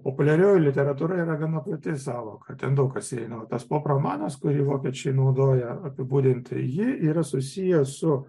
populiarioji literatūra yra gana plati sąvoka ten daug kas įeina tas pop romanas kurį vokiečiai naudoja apibūdinti ji yra susijęs su